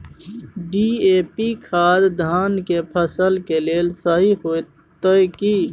DAP खाद धान के फसल के लेल सही होतय की?